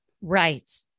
Right